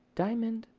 diamond,